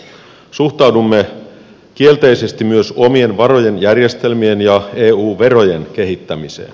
suhtaudumme kielteisesti myös omien varojen järjestelmien ja eu verojen kehittämiseen